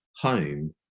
home